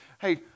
hey